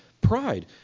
pride